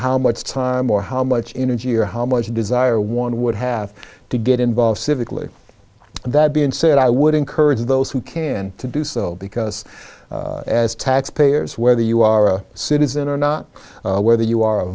how much time or how much energy or how much desire one would have to get involved civically and that being said i would encourage those who can to do so because as taxpayers whether you are a citizen or not whether you are